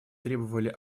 требовали